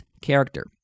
character